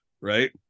right